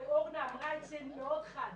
אורנה אמרה את זה מאוד חד